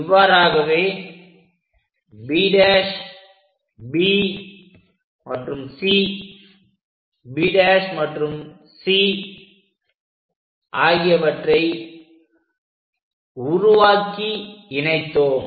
இவ்வாறாகவே நாம் B' B மற்றும் C B' மற்றும் C ஆகியவற்றை உருவாக்கி இணைத்தோம்